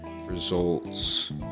results